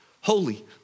Holy